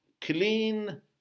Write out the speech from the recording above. clean